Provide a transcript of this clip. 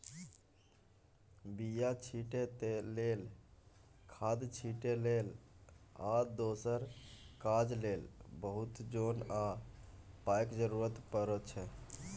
बीया छीटै लेल, खाद छिटै लेल आ दोसर काज लेल बहुत जोन आ पाइक जरुरत परै छै